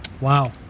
Wow